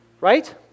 right